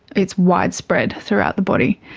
it's widespread throughout the body.